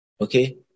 okay